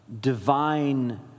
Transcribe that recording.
divine